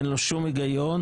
אין בו שום היגיון,